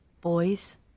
Boys